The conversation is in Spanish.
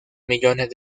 millones